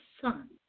Son